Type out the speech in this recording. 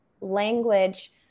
language